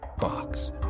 box